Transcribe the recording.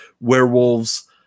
werewolves